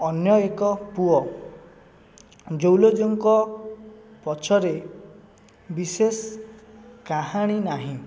ଅନ୍ୟ ଏକ ପୁଅ ଜଲୌଜଙ୍କ ପଛରେ ବିଶେଷ କାହାଣୀ ନାହିଁ